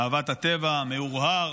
אהבת הטבע, מהורהר,